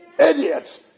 Idiots